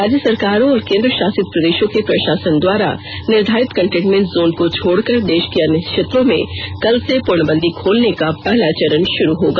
राज्य सरकारों और केन्द्रशासित प्रदेशों के प्रशासन द्वारा निर्धारित कंटेनमेंट जोन को छोड़कर देश के अन्य क्षेत्रों में कल से पूर्णबंदी खोलने का पहला चरण शुरु होगा